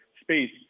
space